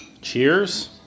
cheers